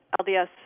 LDS